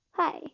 Hi